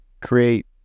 create